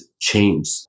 change